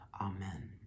amen